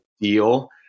deal